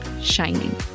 shining